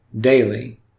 daily